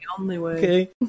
okay